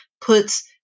puts